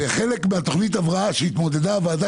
וחלק מתכנית ההבראה שהתמודדה הוועדה